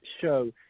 show